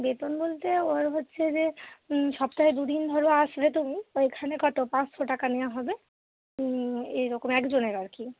বেতন বলতে ওই হচ্ছে যে সপ্তাহে দু দিন ধরো আসলে তুমি ওইখানে কতো পাঁচশো টাকা নেওয়া হবে এই রকম একজনের আর কি